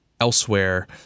elsewhere